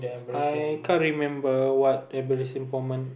I can't remember what embarrassing moment